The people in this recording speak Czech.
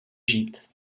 žít